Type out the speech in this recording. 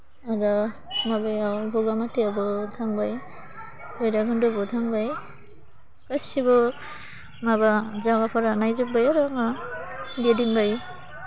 आरो माबायाव बगामाथियावबो थांबाय भैराकन्द'बो थांबाय गासिबो माबा जागाफोरा नायजोब्बाय आरो आङो गिदिंबाय